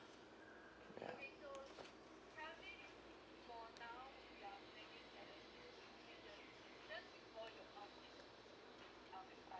ya